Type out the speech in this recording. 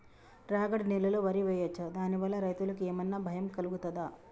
రాగడి నేలలో వరి వేయచ్చా దాని వల్ల రైతులకు ఏమన్నా భయం కలుగుతదా?